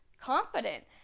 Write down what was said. confident